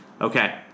Okay